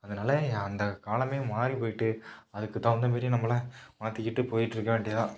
அதனால அந்த காலமே மாறிப்போய்விட்டு அதுக்கு தகுந்த மாரி நம்மளை மாற்றிக்கிட்டு போய்கிட்ருக்க வேண்டியது தான்